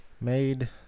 Made